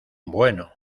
bueno